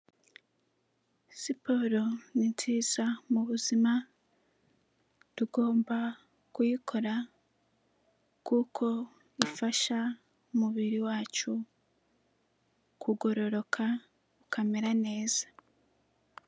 Siporo ni nziza mu buzima tugomba kuyikora kuko ifasha umubiri wacu kugororoka ukamera neza.